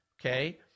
Okay